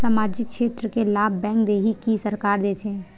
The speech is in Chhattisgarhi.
सामाजिक क्षेत्र के लाभ बैंक देही कि सरकार देथे?